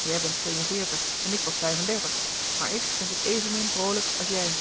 jij bent twee enveertig en ik pas vijf-en-dertig maar ik vind het evenmin vroolijk als jij